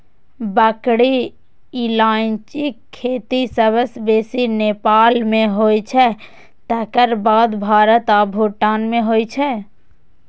बड़की इलायचीक खेती सबसं बेसी नेपाल मे होइ छै, तकर बाद भारत आ भूटान मे होइ छै